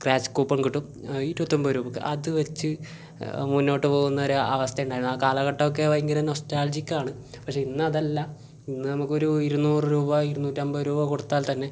scratch coupon കിട്ടും ഇരുപത്തൊമ്പത് രൂപക്ക് അത് വച്ച് മുന്നോട്ട് പോകുന്നൊരു അവസ്ഥയുണ്ടായിരുന്നു ആ കാലഘട്ടമൊക്കെ ഭയങ്കര നൊസ്റ്റാൾജിക്കാണ് പക്ഷേ ഇന്നതല്ല ഇന്ന് നമുക്ക് ഒരു ഇരുനൂറു രൂപ ഇരുനൂറ്റമ്പത് രൂപ കൊടുത്താൽ തന്നെ